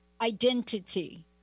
identity